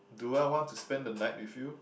do I want to spend the night with you